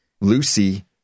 Lucy